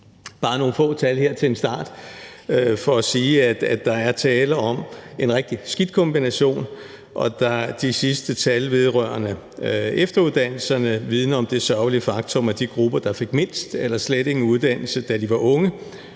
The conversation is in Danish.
bare nogle få tal her til en start for at sige, at der er tale om en rigtig skidt kombination. Og de sidste tal vedrørende efteruddannelserne vidner om det sørgelige faktum, at de grupper, der fik mindst eller slet ingen uddannelse, da de var unge,